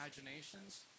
imaginations